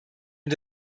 und